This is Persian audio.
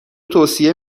توصیه